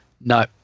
no